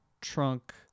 trunk